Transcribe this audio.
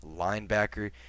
linebacker